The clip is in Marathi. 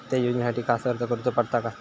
त्या योजनासाठी खास अर्ज करूचो पडता काय?